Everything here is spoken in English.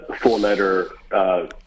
four-letter